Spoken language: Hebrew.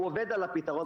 הוא עובד על הפתרון,